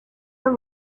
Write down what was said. the